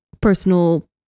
personal